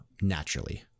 naturally